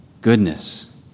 goodness